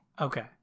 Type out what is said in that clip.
Okay